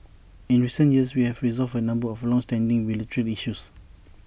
in recent years we have resolved A number of longstanding bilateral issues